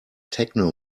techno